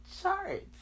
charts